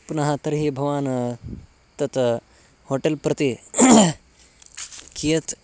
पुनः तर्हि भवान् तत् होटेल् प्रति कियत्